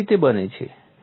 આવું કેવી રીતે બને છે